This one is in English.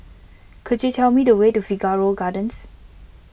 could you tell me the way to Figaro Gardens